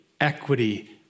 equity